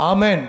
Amen